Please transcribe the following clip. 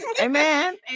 Amen